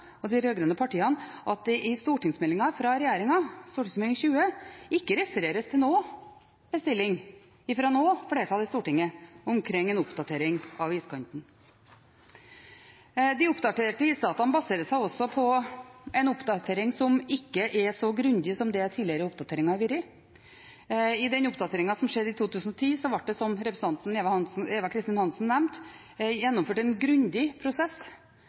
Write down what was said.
og de rød-grønne partiene. I stortingsmeldingen fra regjeringen, Meld. St. 20, refereres det ikke til noen bestilling fra noe flertall i Stortinget omkring en oppdatering av iskanten. Oppdatert isdata baserer seg på en oppdatering som ikke er så grundig som tidligere oppdateringer har vært. I oppdateringen i 2010 ble det, som representanten Eva Kristin Hansen nevnte, gjennomført en grundig prosess